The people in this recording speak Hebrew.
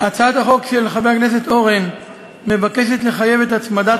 הצעת החוק של חבר הכנסת אורן מבקשת לחייב את הצמדת